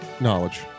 knowledge